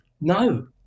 No